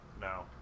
No